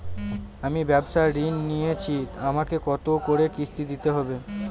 আমি ব্যবসার ঋণ নিয়েছি আমাকে কত করে কিস্তি দিতে হবে?